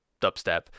dubstep